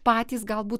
patys galbūt